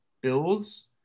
Bills